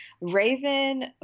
Raven